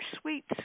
Sweets